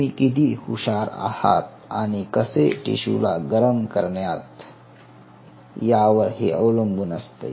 तुम्ही किती हुशार आहात आणि कसे टिशूला गरम करण्यात यावर हे अवलंबून असते